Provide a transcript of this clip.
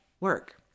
work